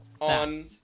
On